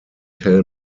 tell